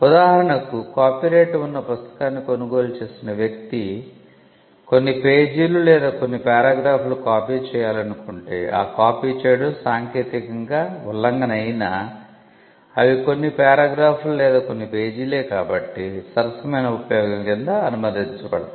ఉదాహరణకు కాపీరైట్ ఉన్న పుస్తకాన్ని కొనుగోలు చేసిన వ్యక్తి కొన్ని పేజీలు లేదా కొన్ని పేరాగ్రాఫ్లు కాపీ చేయాలనుకుంటే ఆ కాపీ చేయడం సాంకేతికంగా ఉల్లంఘన అయినా అవి కొన్ని పేరాగ్రాఫులు లేదా కొన్ని పేజీలే కాబట్టి సరసమైన ఉపయోగం కింద అనుమతించబడతాయి